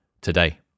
today